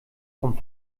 vom